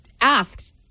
asked